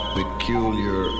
peculiar